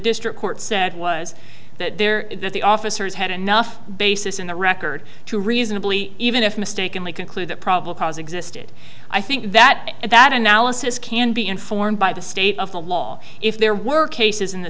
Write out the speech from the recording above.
district court said was that there is that the officers had enough basis in the record to reasonably even if mistakenly conclude that problem existed i think that that analysis can be informed by the state of the law if there were cases in the